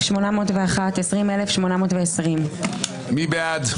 20,801 עד 20,820. מי בעד?